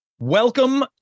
welcome